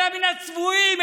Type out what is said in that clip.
אלא הצבועים,